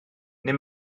neu